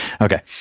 okay